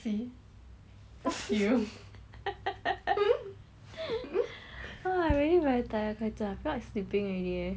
!wah! I really very tired kai zhen I feel like sleeping already